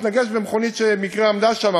מתנגש במכונית שבמקרה עמדה שם,